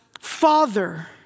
Father